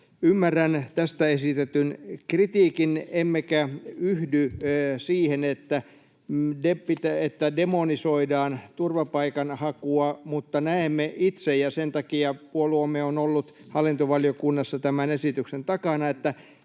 Ymmärrän tästä esitetyn kritiikin, emmekä yhdy siihen, että demonisoidaan turvapaikanhakua, mutta näemme itse — ja sen takia puolueemme on ollut hallintovaliokunnassa tämän esityksen takana — että